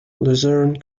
luzerne